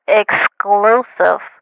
exclusive